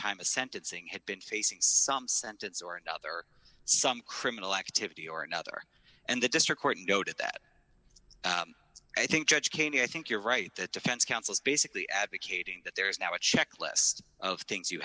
time of sentencing had been facing some sentence or another some criminal activity or another and the district court noted that i think judge kane i think you're right that defense counsel's basically advocating that there is now a checklist of things you